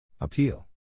Appeal